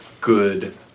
good